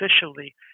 officially